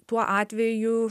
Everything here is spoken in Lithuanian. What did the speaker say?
tuo atveju